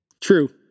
True